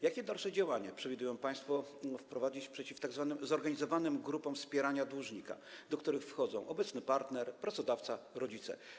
Jakie dalsze działania przewidują państwo wprowadzić przeciw tzw. zorganizowanym grupom wspierania dłużnika, do których wchodzą obecny partner, pracodawca, rodzice?